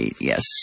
yes